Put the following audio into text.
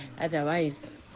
otherwise